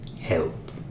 Help